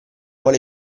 male